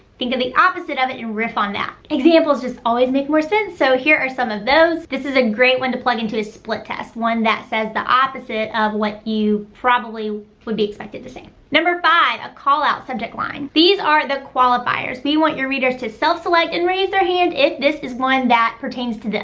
think of the opposite of it and riff on that. examples just always make more sense, so here are some of those. this is a great one to plug into a split test. one that says the opposite of what you probably would be expected to say. number five, a call-out subject line. these are the qualifiers. we want your readers to self-select and raise their hand if this is one that pertains to them.